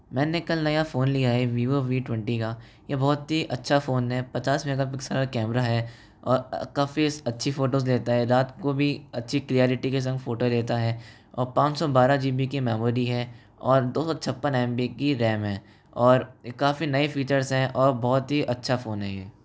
मैंने कल नया फ़ोन लिया है विवो वी ट्वेंटी का यह बहुत ही अच्छा फ़ोन है पचास मेगा पिक्सल का कैमरा है और अब काफ़ी अच्छी फोटोज देता है रात को भी अच्छी क्लैरिटी के संग फोटो देता है और पाँच सौ बारह जी बी की मेमोरी है और दो सौ छप्पन एम बी की रैम है और काफ़ी नए फीचर्स है और बहुत ही अच्छा फ़ोन है यह